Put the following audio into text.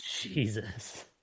Jesus